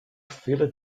filled